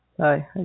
Hi